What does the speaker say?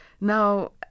Now